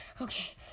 okay